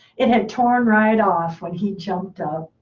it had torn right off when he jumped